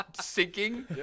sinking